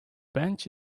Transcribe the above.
bench